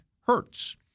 Hertz